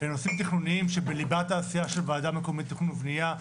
הם נושאים תכנוניים שבליבת העשייה של ועדה מקומית לתכנון ולבנייה,